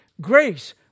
Grace